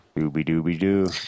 Dooby-dooby-doo